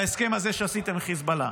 להסכם הזה שעשיתם עם חיזבאללה.